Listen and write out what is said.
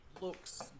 looks